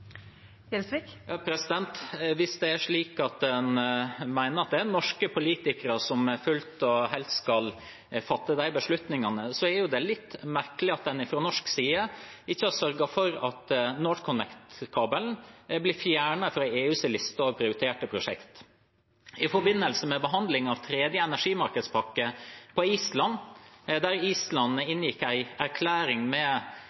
Hvis det er slik at en mener at det er norske politikere som fullt og helt skal fatte disse beslutningene, er det litt merkelig at en fra norsk side ikke har sørget for at NorthConnect-kabelen er blitt fjernet fra EUs liste over prioriterte prosjekter. I forbindelse med behandlingen av tredje energimarkedspakke på Island, der Island inngikk en erklæring med